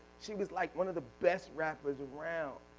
she was like one of the best rappers around.